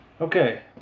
Okay